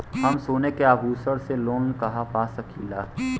हम सोने के आभूषण से लोन कहा पा सकीला?